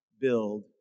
build